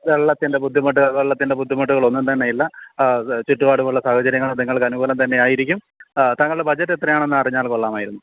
വെള്ളത്തിൻ്റെ ബുദ്ധിമുട്ട് വെള്ളത്തിൻ്റെ ബുദ്ധിമുട്ടുകളൊന്നും തന്നെയില്ല ചുറ്റുപാടുമുള്ള സാഹചര്യങ്ങൾ നിങ്ങൾക്ക് അനുകൂലം തന്നെയായിരിക്കും താങ്കളുടെ ബഡ്ജറ്റ് എത്രയാണെന്ന് അറിഞ്ഞാൽ കൊള്ളാമായിരുന്നു